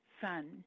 son